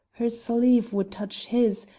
her sleeve would touch his,